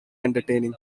entertaining